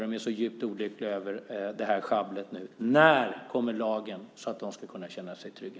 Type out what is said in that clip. De är djupt olyckliga över sjabblet. När kommer lagen? När ska de kunna känna sig trygga?